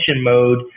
mode